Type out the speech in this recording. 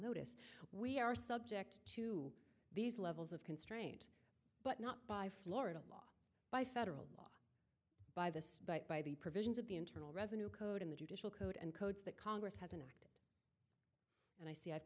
notice we are subject to these levels of constraint but not by florida law by federal law by this but by the provisions of the internal revenue code in the judicial code and codes that congress has an act and i see i